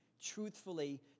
truthfully